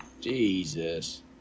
Jesus